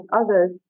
others